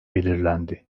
belirlendi